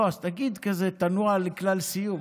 לא, אז תגיד כזה: תנוע לכלל סיום.